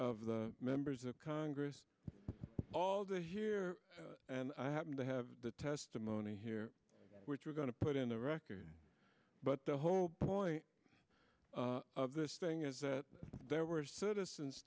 of the members of congress all day here and i happen to have the testimony here which we're going to put in the record but the whole point of this thing is that there were citizens